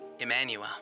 Emmanuel